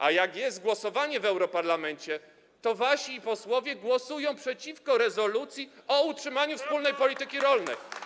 A jak jest głosowanie w europarlamencie, to wasi posłowie głosują przeciwko rezolucji o utrzymaniu wspólnej polityki rolnej.